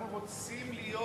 אנחנו רוצים להיות